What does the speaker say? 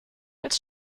als